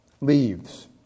leaves